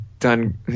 done